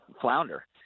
flounder